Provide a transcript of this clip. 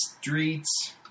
streets